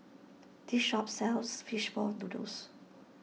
this shop sells Fish Ball Noodles